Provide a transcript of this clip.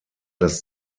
das